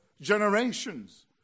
generations